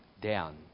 down